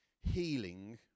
healing